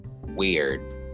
weird